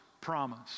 promise